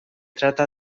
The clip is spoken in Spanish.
trata